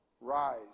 Rise